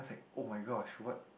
[oh]-my-gosh what